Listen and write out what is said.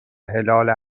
هلال